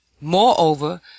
Moreover